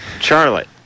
Charlotte